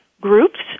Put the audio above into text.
groups